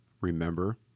remember